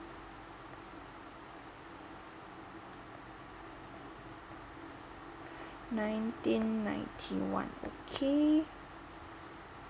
nineteen ninety one okay